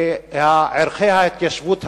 היא ערכי ההתיישבות הציונית.